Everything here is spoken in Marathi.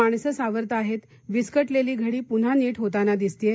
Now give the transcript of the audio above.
माणसं सावरताहेत विस्कटलेली घडी पुन्हा नीट होताना दिसते आहे